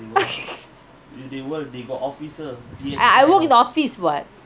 I work in the office [what]